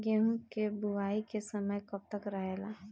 गेहूँ के बुवाई के समय कब तक रहेला?